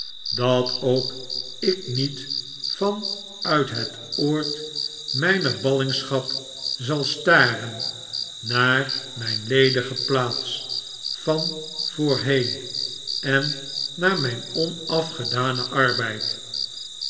dat ook ik niet van uit hetoordmyner ballingschap zal staren naar myn ledige plaats van voorheen en naar myn onafgedanen arbeid